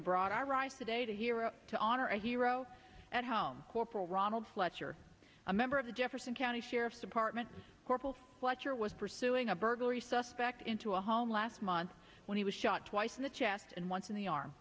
abroad our rice today hero to honor a hero at home corporal ronald fletcher a member of the jefferson county sheriff's department corporal for what year was pursuing a burglary suspect into a home last month when he was shot twice in the chest and once in the arm